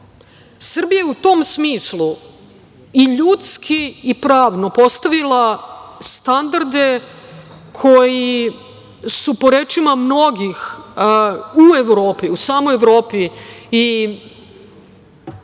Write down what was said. to. Srbija je u tom smislu i ljudski i pravno postavila standarde koji su po rečima mnogih u Evropi, u samoj Evropi i